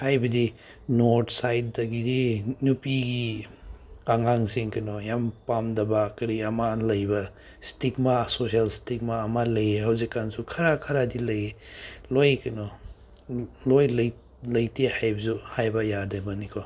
ꯍꯥꯏꯕꯗꯤ ꯅꯣꯔꯠ ꯁꯥꯏꯠꯇꯒꯤꯗꯤ ꯅꯨꯄꯤꯒꯤ ꯑꯉꯥꯡꯁꯤꯡ ꯀꯩꯅꯣ ꯌꯥꯝ ꯄꯥꯝꯗꯕ ꯀꯔꯤ ꯑꯃ ꯂꯩꯕ ꯏꯁꯇꯤꯛꯃꯥ ꯁꯣꯁꯦꯜ ꯏꯁꯇꯤꯛꯃꯥ ꯑꯃ ꯂꯩꯌꯦ ꯍꯧꯖꯤꯛ ꯀꯥꯟꯁꯨ ꯈꯔ ꯈꯔꯗꯤ ꯂꯩꯌꯦ ꯂꯣꯏ ꯀꯩꯅꯣ ꯂꯣꯏ ꯂꯩꯇꯦ ꯍꯥꯏꯕꯁꯨ ꯍꯥꯏꯕ ꯌꯥꯗꯕꯅꯤꯀꯣ